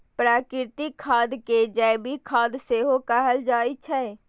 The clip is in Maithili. प्राकृतिक खाद कें जैविक खाद सेहो कहल जाइ छै